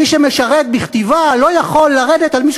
מי שמשרת בכתיבה לא יכול לרדת על מישהו